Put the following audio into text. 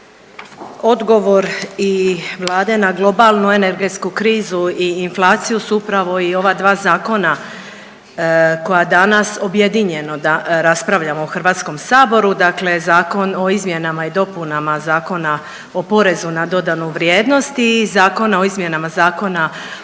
odgovor i Vlade na globalnu energetsku krizu i inflaciju su upravo i ova dva zakona koja danas objedinjeno raspravljamo u Hrvatskom saboru. Dakle, Zakon o izmjenama i dopunama Zakona o porezu na dodanu vrijednost i Zakon o izmjenama Zakona